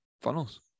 funnels